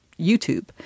YouTube